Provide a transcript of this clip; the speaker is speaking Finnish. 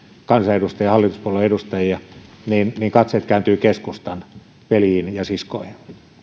kansanedustajia hallituspuolueiden edustajia niin niin katseet kääntyvät keskustan veljiin ja siskoihin